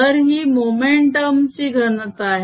तर ही मोमेंटम ची घनता आहे